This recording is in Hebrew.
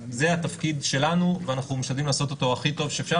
זה התפקיד שלנו ואנחנו משתדלים לעשות אותו הכי טוב שאפשר,